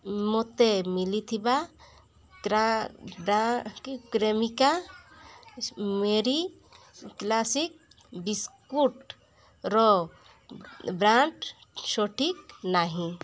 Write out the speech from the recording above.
ମୋତେ ମିଳିଥିବା Cremica Marie classic ବିସ୍କୁଟ୍ର ବ୍ରାଣ୍ଡ୍ ସଠିକ୍ ନାହିଁ